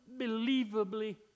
unbelievably